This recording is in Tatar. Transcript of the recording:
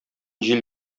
җил